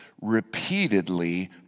repeatedly